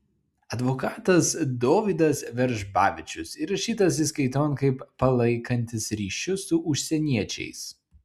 advokatas dovydas veržbavičius įrašytas įskaiton kaip palaikantis ryšius su užsieniečiais